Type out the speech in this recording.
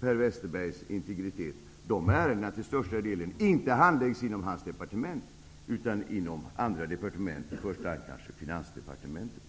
Per Westerbergs integritet till största delen inte handläggs inom hans departement utan inom andra departement, kanske i första hand Finansdepartementet.